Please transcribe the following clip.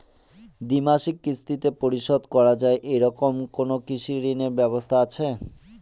দ্বিমাসিক কিস্তিতে পরিশোধ করা য়ায় এরকম কোনো কৃষি ঋণের ব্যবস্থা আছে?